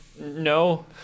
no